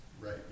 right